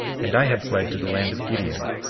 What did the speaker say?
and i have fled to the land of gideon,